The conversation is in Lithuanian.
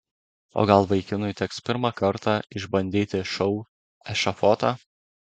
o gal vaikinui teks pirmą kartą išbandyti šou ešafotą